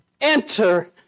enter